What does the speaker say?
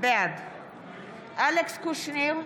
בעד אלכס קושניר,